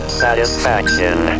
satisfaction